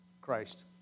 Christ